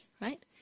right